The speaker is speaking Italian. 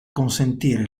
consentire